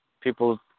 People